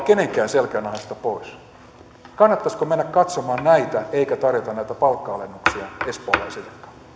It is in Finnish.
kenenkään selkänahasta pois kannattaisiko mennä katsomaan näitä eikä tarjota palkka alennuksia espoolaisille